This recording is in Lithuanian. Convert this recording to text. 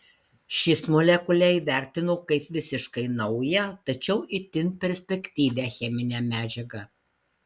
šis molekulę įvertino kaip visiškai naują tačiau itin perspektyvią cheminę medžiagą